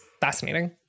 fascinating